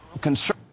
concern